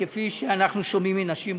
כפי שאנחנו שומעים מנשים רבות.